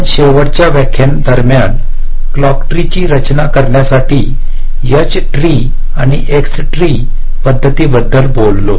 आपण शेवटच्या व्याख्यानादरम्यान क्लॉक ट्रीची रचना करण्यासाठी H ट्री आणि X ट्री पध्दतींबद्दल बोललो